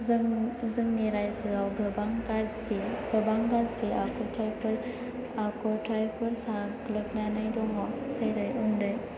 जों जोंनि रायजोआव गोबां गाज्रि आखुथाइफोर साग्लोबनानै दङ जेरै उन्दै